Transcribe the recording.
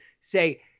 say